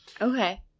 Okay